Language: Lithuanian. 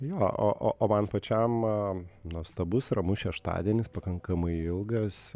jo o o o man pačiam nuostabus ramus šeštadienis pakankamai ilgas